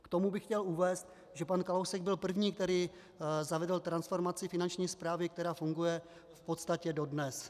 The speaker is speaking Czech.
K tomu bych chtěl uvést, že pan Kalousek byl první, který zavedl transformaci Finanční správy, která funguje v podstatě dodnes.